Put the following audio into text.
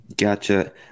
Gotcha